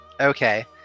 Okay